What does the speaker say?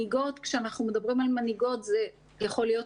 כשאנחנו מדברים על מנהיגות זה יכול להיות